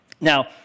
Now